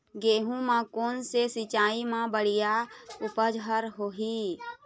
गेहूं म कोन से सिचाई म बड़िया उपज हर होही?